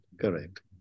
Correct